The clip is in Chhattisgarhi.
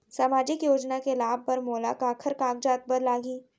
सामाजिक योजना के लाभ बर मोला काखर कागजात बर लागही?